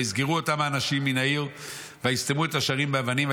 ויסגרו אותם האנשים מן העיר ויסתמו את השערים באבנים.